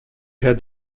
had